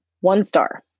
one-star